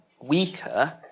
weaker